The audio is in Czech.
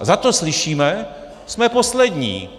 Zato slyšíme: Jsme poslední.